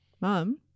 mom